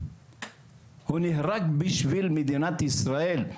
הוא נהרג בשביל מדינת ישראל,